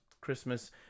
Christmas